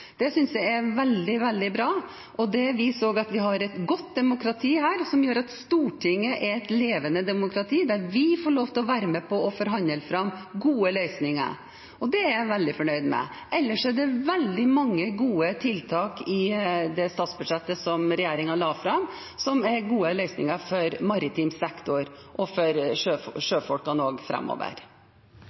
Det synes jeg er veldig, veldig bra, og det viser også at vi har et godt demokrati, som gjør at Stortinget er et levende demokrati, der vi får lov til å være med på å forhandle fram gode løsninger. Det er jeg veldig fornøyd med. Ellers er det veldig mange gode tiltak i det statsbudsjettet som regjeringen har lagt fram, med gode løsninger for maritim sektor og for